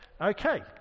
Okay